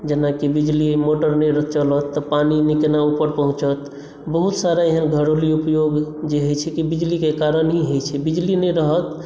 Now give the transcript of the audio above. जेनाकि बिजली मोटर नहि चलत तऽ पानी कोना ऊपर पहुॅंचत बहुत सारा एहन घरेलु उपयोग जे होइ छै कि बिजलीके कारण ही होइ छै बिजली नहि रहत